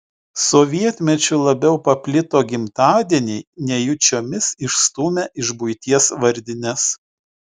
sovietmečiu labiau paplito gimtadieniai nejučiomis išstūmę iš buities vardines